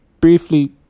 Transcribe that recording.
briefly